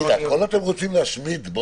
הכול אתם רוצים להשמיד?